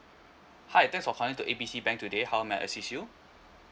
hi thanks for calling to A B C bank today how may I assist you